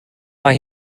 mae